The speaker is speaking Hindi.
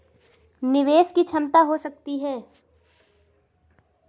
निवेश की क्षमता क्या हो सकती है?